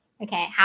Okay